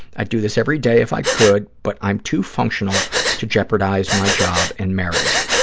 i'd do this every day if i could, but i'm too functional to jeopardize my job and marriage.